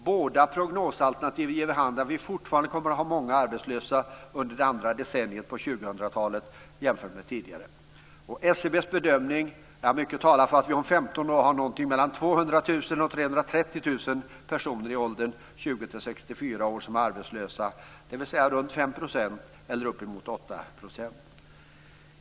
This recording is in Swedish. Båda prognosalternativen ger vid handen att vi fortfarande kommer att ha många fler arbetslösa under det andra decenniet på 2000 talet än tidigare. SCB:s bedömning är att mycket talar för att vi om 15 år har mellan 200 000 och 330 000 till uppemot 8 %.